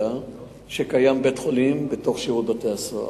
שיש בית-חולים בתוך שירות בתי-הסוהר.